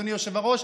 אדוני היושב-ראש,